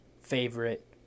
favorite